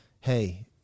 hey